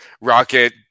Rocket